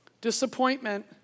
Disappointment